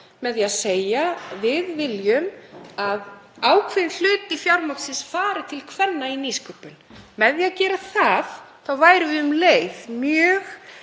með því að segja: Við viljum að ákveðinn hluti fjármagnsins fari til kvenna í nýsköpun. Með því að gera það þá værum við um leið mjög